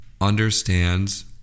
understands